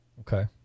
Okay